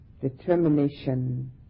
determination